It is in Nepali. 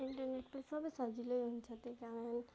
इन्टरनेटले सबै सजिलै हुन्छ त्यही कारण